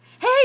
hey